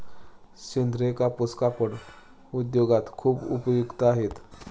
सेंद्रीय कापूस कापड उद्योगात खूप उपयुक्त आहे